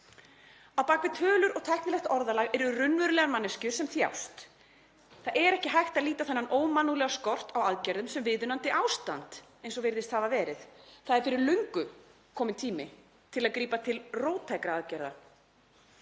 Á bak við tölur og tæknilegt orðalag eru raunverulegar manneskjur sem þjást. Það er ekki hægt að líta á þennan ómannúðlega skort á aðgerðum sem viðunandi ástand, eins og virðist hafa verið. Það er fyrir löngu kominn tími til að grípa til róttækra aðgerða.